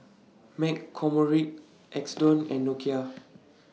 McCormick Xndo and Nokia